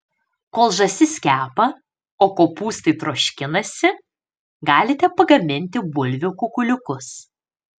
kol žąsis kepa o kopūstai troškinasi galite pagaminti bulvių kukuliukus